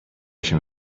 się